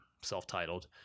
self-titled